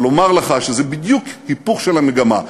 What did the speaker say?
אבל אומר לך שזה בדיוק היפוך של המגמה.